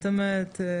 זאת אומרת כשצריך